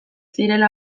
zirela